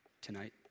tonight